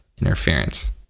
interference